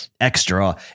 extra